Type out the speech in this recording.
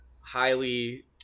highly –